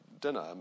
dinner